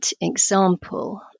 example